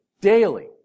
daily